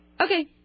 Okay